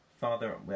Father